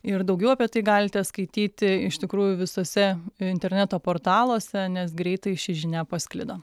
ir daugiau apie tai galite skaityti iš tikrųjų visuose interneto portaluose nes greitai ši žinia pasklido